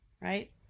right